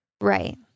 Right